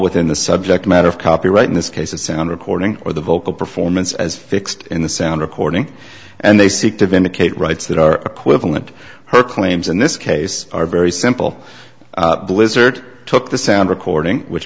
within the subject matter of copyright in this case a sound recording or the vocal performance as fixed in the sound recording and they seek to vindicate rights that are acquittal and her claims in this case are very simple blizzard took the sound recording which